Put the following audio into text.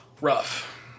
Rough